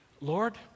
Lord